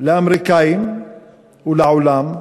לאמריקנים ולעולם,